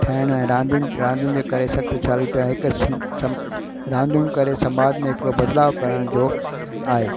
ठाहिणु ऐं रांदियुनि रांदियुनि जे करे शक्तिशाली ट्राए कस रांदियूं करे समाज में हिकिड़ो बदलाव करण जो आहे